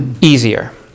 easier